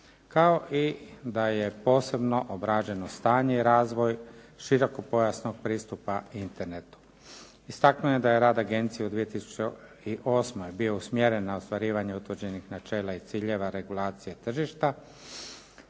Kao i da je posebno obrađeno stanje i razvoj širokopojasnog pristupa Internetu. Istaknuo je da je rad agencije u 2008. bio usmjeren na ostvarenje utvrđenih načela i ciljeva, regulacije tržišta